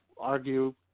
argue